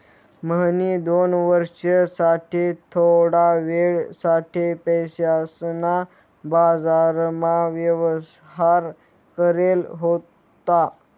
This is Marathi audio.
म्हणी दोन वर्ष साठे थोडा वेळ साठे पैसासना बाजारमा व्यवहार करेल होता